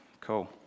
Cool